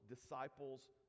disciples